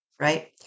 right